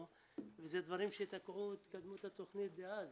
וזה דברים שתקעו את התקדמות התוכנית דאז.